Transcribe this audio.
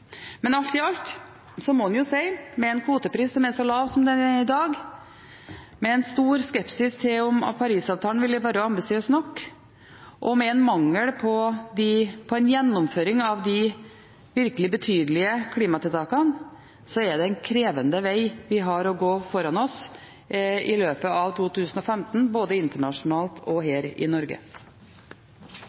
Men alt i alt må en si at med en kvotepris som er så lav som den er i dag, med en stor skepsis til om Paris-avtalen vil være ambisiøs nok, og med en mangel på gjennomføring av de virkelig betydelige klimatiltakene er det en krevende veg vi har å gå foran oss i løpet av 2015, både internasjonalt og her i Norge.